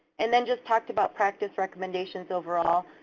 and then just talked about practice recommendations overall,